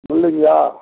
முள்ளங்கியா